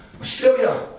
Australia